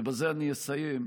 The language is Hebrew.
ובזה אני אסיים,